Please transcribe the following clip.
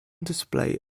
display